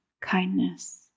kindness